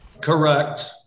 Correct